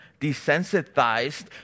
desensitized